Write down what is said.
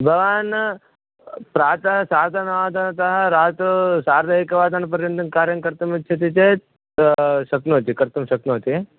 भवान् प्रातः सार्धः नववादनतः रात्रौ सार्धः एकवादनपर्यन्तं कार्यं कर्तुम् इच्छति चेत् शक्नोति कर्तुं शक्नोति